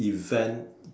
event